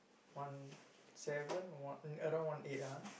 one seven one around one eight ah